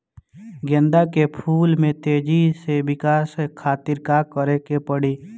गेंदा के फूल में तेजी से विकास खातिर का करे के पड़ी?